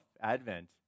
Advent